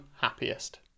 happiest